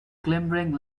glimmering